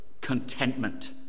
contentment